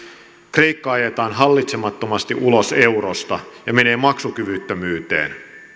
kreikka ajetaan hallitsemattomasti ulos eurosta ja se menee maksukyvyttömyyteen